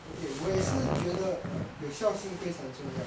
okay 我也是觉得有孝心非常重要